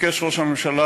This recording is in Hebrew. ביקש ראש הממשלה,